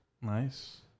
Nice